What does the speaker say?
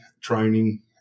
training